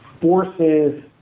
forces